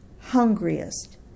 hungriest